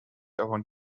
around